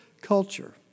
culture